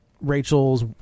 rachel's